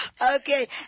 okay